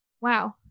wow